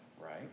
right